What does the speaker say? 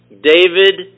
David